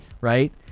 right